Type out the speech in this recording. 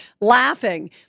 laughing